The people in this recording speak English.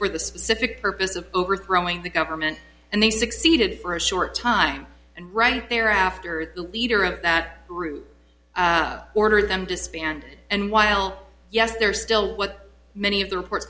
for the specific purpose of overthrowing the government and they succeeded for a short time and right there after the leader of that group ordered them disband and while yes they're still what many of the reports